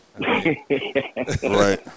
Right